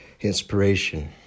inspiration